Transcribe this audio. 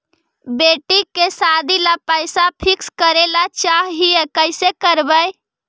बेटि के सादी ल पैसा फिक्स करे ल चाह ही कैसे करबइ?